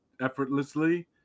effortlessly